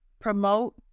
promote